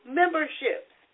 memberships